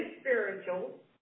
spiritual